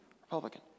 Republican